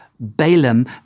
Balaam